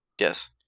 Yes